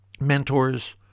mentors